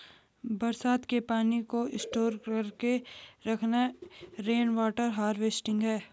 बरसात के पानी को स्टोर करके रखना रेनवॉटर हारवेस्टिंग है